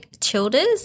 Childers